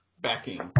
backing